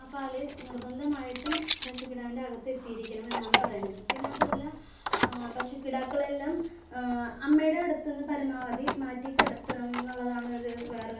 ആ പാല് നിർബന്ധമായിട്ടും പശുക്കിടാവിൻ്റെ അകത്ത് എത്തിയിരിക്കണം എന്നാണ് പറയുന്നത് പിന്നതുവല്ല പശുക്കിടാക്കളെല്ലാം അമ്മയുടെ അടുത്ത് നിന്ന് പരമാവധി മാറ്റി കിടത്തണം എന്നുള്ളതാണ് ഒരു വേറൊര് കാര്യം